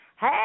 Hey